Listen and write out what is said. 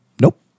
Nope